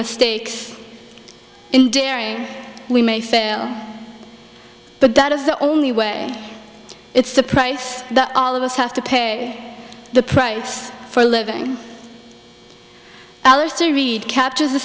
mistakes in daring we may fail but that is the only way it's a price that all of us have to pay the price for living alice to read captures the